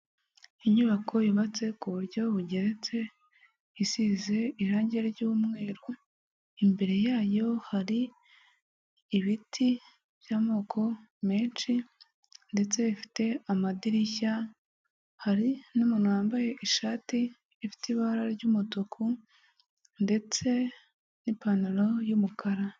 Inyubako yubatse ku buryo bugeretse, isize irange ry'umweru, imbere yayo hari ibiti by'amoko menshi, ndetse ifite amadirishya, hari n'umuntu wambaye ishati ifite ibara ry'umutuku, ndetse n'ipantaro y'umukara.